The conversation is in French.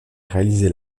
réalisé